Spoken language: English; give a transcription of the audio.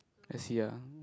I see ah